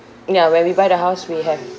ya when we buy the house we have